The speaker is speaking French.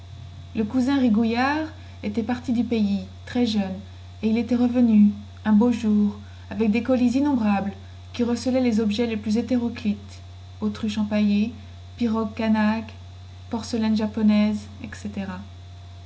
le cousin rigouillard était parti du pays très jeune et il était revenu un beau jour avec des colis innombrables qui recelaient les objets les plus hétéroclites autruches empaillées pirogues canaques porcelaines japonaises etc